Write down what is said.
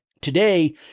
Today